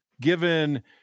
given